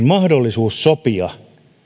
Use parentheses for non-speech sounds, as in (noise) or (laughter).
(unintelligible) mahdollisuus sopia